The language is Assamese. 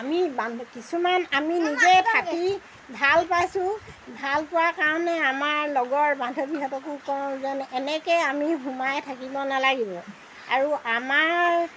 আমি বান্ধ কিছুমান আমি নিজে থাকি ভাল পাইছোঁ ভাল পোৱাৰ কাৰণে আমাৰ লগৰ বান্ধৱীহঁতকো কওঁ যেন এনেকৈ আমি সোমাই থাকিব নালাগিব আৰু আমাৰ